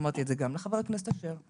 אמרתי את זה גם לחבר הכנסת אשר,